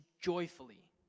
joyfully